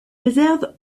réserve